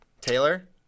Taylor